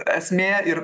esmė ir